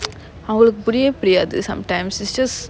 அவங்களுக்கு புரியவே புரியாது:avangalukku puriyavae puriyaathu sometimes it's just